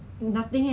可以这样讲吗